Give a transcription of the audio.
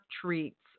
treats